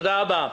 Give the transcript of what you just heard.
תודה רבה.